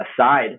aside